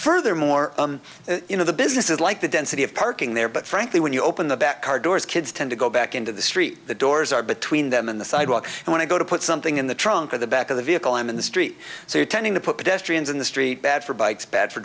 furthermore you know the business is like the density of parking there but frankly when you open the back car doors kids tend to go back into the street the doors are between them on the sidewalk and when i go to put something in the trunk of the back of the vehicle i'm in the street so you tending to put pedestrians in the street bad for bikes bad for